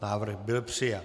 Návrh byl přijat.